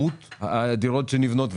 בכמות הדירות שנבנות,